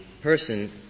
person